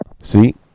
See